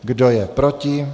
Kdo je proti?